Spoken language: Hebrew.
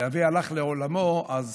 כשאבי הלך לעולמו אז